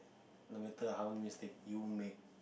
no matter how many mistake you make